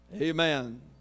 Amen